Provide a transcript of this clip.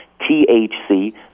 THC